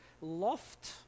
loft